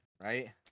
right